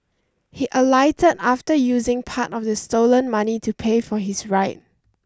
he alighted after using part of the stolen money to pay for his ride